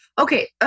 Okay